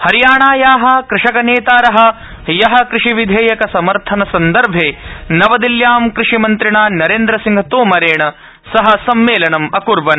हरियाणाया कृषकनेतार ह्य कृषिविधेयकसर्मथन संदर्भे नवदिल्ल्यां कृषिमंत्रिणा नरेन्द्रसिंह तोमरेण सह सम्मेलनम् अक्र्वन्